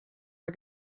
our